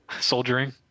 soldiering